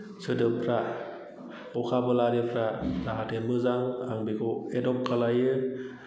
सोदोबफ्रा भखेबुलारिफ्रा जाहाथे मोजां आं बेखौ एदप्ट खालामो